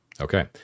Okay